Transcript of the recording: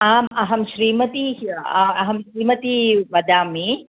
आम् अहं श्रीमती अहं श्रीमती वदामि